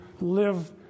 live